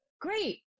great